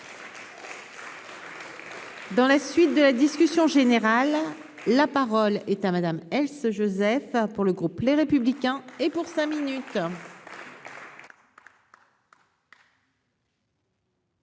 Dans la suite de la discussion générale, la parole est à Madame Else Joseph ah pour le groupe Les Républicains et pour cinq minutes.